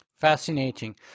Fascinating